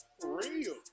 real